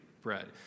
bread